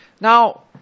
Now